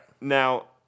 now